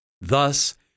Thus